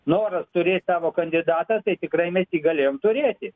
noras turėt savo kandidatą tai tikrai mes galėjom turėti